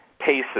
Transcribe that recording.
paces